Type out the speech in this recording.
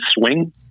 swing